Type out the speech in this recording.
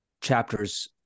chapters